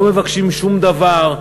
לא מבקשים שום דבר,